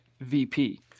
VP